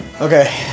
Okay